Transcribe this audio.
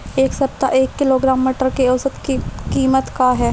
एक सप्ताह एक किलोग्राम मटर के औसत कीमत का ह?